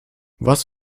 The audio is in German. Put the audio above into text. was